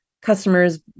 Customers